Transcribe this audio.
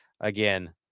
Again